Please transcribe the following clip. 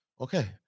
okay